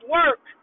work